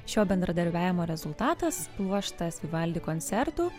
šio bendradarbiavimo rezultatas pluoštas vivaldi koncertų